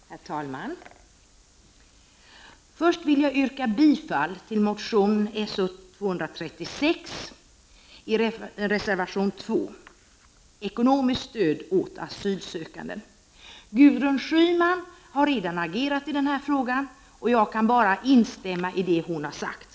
Herr talman! Jag ber först att få yrka bifall till reservation 2 om ekonomiskt stöd åt asylsökande. Reservationen bygger på motion S0236. Gudrun Schyman har redan agerat i denna fråga, och jag kan bara instämma i det hon har sagt.